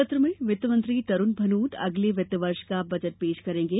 सत्र में वित्तमंत्री तरूण भनोत अगले वित्तवर्ष का बजट पेश करेंगे